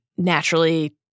Naturally